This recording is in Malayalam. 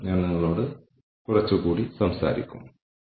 അടുത്ത ക്ലാസ്സിൽ കുറച്ചുകൂടി HR ചർച്ചകൾ തുടരും